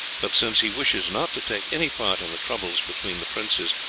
but since he wishes not to take any part in the troubles between the princes,